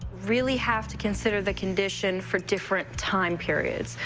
really have to consider the condition for different time periods.